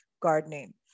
gardening